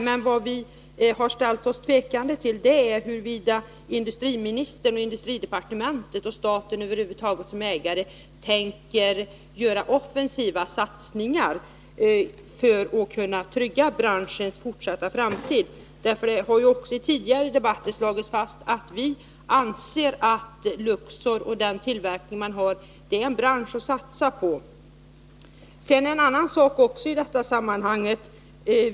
Vad vi emellertid har ställt oss tveksamma till är huruvida industriministern och industridepartementet och staten över huvud taget som ägare tänker göra offensiva satsningar för att trygga branschens fortsatta framtid, därför att det har ju också i tidigare debatter slagits fast att vi anser att Luxor och den tillverkning som där bedrivs är en bransch att satsa på. Det är en annan sak också i detta sammanhang som jag vill peka på.